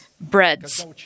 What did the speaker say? breads